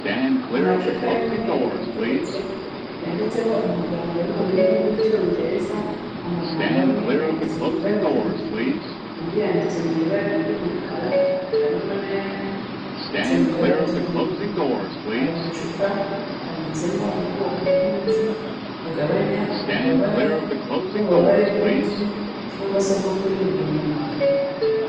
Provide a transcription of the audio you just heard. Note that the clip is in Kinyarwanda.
Amacupa y'umweru ateretse, yanditseho amagambo ari mu rurimi rw'icyongereza, amagambo amwe yanditse mu ibara ry'umutuku, andi yanditse mu ibara ry'umukara, harimo n'ayandi yanditse mu ibara ry'umweru. Ayo macupa abitsemo ubwoko bw'imiti bugabanya ububabare nk'ububabare bw'umutwe cyangwa se bwo kuribwa mu nda.